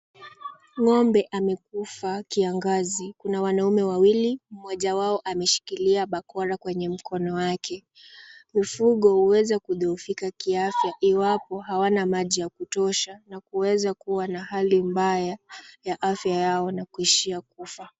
Ng'ombe amekufa kiangazi. Kuna wanaume wawili mmoja wao ameshikilia bakora kwenye mkono wake. Mfugo huweza kudhoofika kiafya iwapo hawana maji ya kutosha na kuweza kuwa na hali mbaya ya afya yao na kuishia kufa.